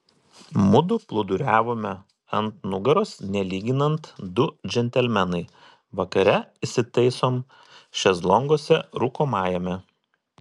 mudu plūduriavome ant nugaros nelyginant du džentelmenai vakare įsitaisom šezlonguose rūkomajame